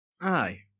Aye